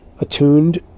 attuned